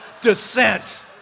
descent